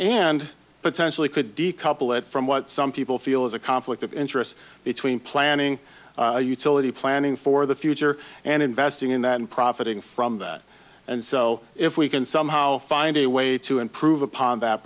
and potentially could decouple it from what some people feel is a conflict of interest between planning utility planning for the future and investing in that and profiting from that and so if we can somehow find a way to improve upon that